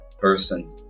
person